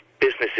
businesses